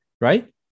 right